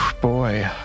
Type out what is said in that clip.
Boy